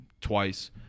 twice